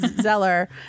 Zeller